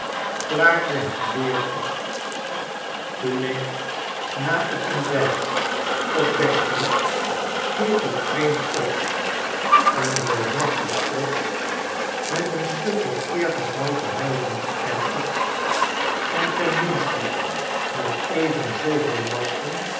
klaarde het weerop toen ik na t ontbijt op dek ging keek ik vreemd op een reusachtig vlot met een stuk of veertig houten huizen er op en ten minste met even zooveel masten